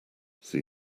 see